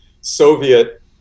Soviet